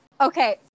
Okay